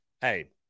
hey